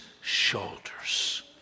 shoulders